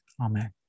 Amen